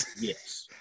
Yes